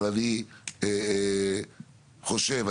אני חושב,